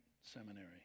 seminary